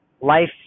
life